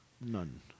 None